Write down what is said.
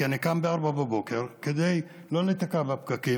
כי אני קם ב-04:00 כדי לא להיתקע בפקקים,